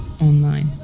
online